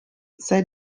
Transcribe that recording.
sei